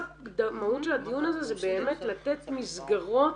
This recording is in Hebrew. של הדיון הזה זה באמת לתת מסגרות